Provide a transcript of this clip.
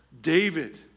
David